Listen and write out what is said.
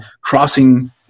crossing